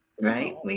Right